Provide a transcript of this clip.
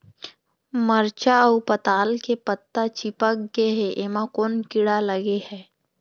मरचा अऊ पताल के पत्ता चिपक गे हे, एमा कोन कीड़ा लगे है?